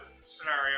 scenario